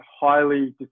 highly